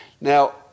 Now